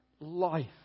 life